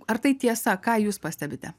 ar tai tiesa ką jūs pastebite